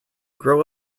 grow